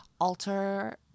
alter